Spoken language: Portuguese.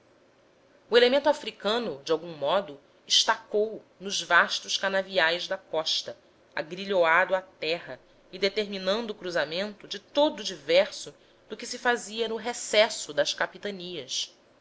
o elemento africano de algum modo estacou nos vastos canaviais da costa agrilhoado à terra e determinando cruzamento de todo diverso do que se fazia no recesso das capitanias